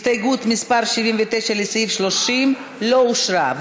הסתייגות מס' 79 לסעיף 30 לא אושרה.